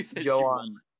Joan